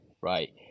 right